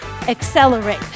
Accelerate